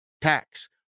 tax